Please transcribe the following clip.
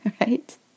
right